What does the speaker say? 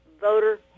voter